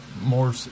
more